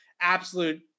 absolute